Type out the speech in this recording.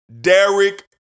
Derek